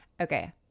Okay